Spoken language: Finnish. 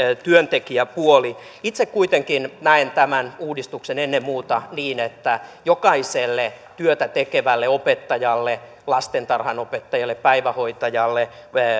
työntekijäpuoli itse kuitenkin näen tämän uudistuksen ennen muuta niin että jokaiselle työtä tekevälle opettajalle lastentarhanopettajalle päivähoitajalle